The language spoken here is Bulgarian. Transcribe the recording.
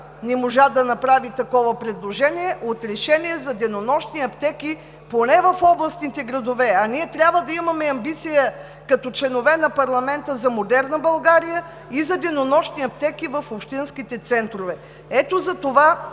не можа да направи такова предложение – за денонощни аптеки поне в областните градове, а ние трябва да имаме амбиция като членове на парламента за модерна България и за денонощни аптеки в общинските центрове. Ето затова